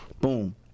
Boom